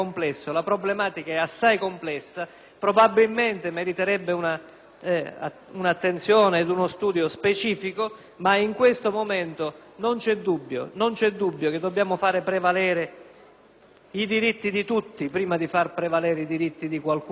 un'attenzione e uno studio specifico, ma in questo momento non c'è dubbio che dobbiamo far prevalere i diritti di tutti prima di far prevalere i diritti di qualcuno. In questo momento, pertanto, pur non volendo esprimermi